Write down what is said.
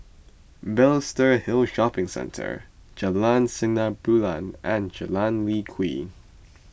Balestier Hill Shopping Centre Jalan Sinar Bulan and Jalan Lye Kwee